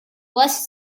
west